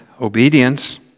obedience